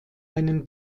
einem